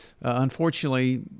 Unfortunately